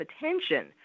attention